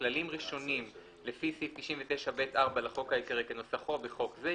שכללים ראשונים לפי סעיף 99(ב)4 לחוק העיקרי כנוסחו בחוק זה,